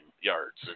yards